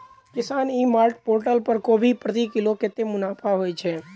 किसान e mart portal पर कोबी प्रति किलो कतै मुनाफा होइ छै?